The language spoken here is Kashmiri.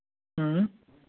اۭں